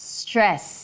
stress